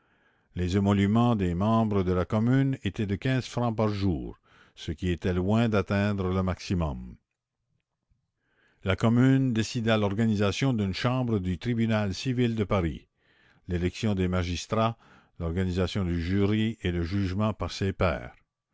les émoluments des membres de la commune étaient de quinze francs par jour ce qui était loin d'atteindre le maximum la commune décida l'organisation d'une chambre du tribunal civil de paris l'élection des magistrats l'organisation du jury et le jugement par ses pairs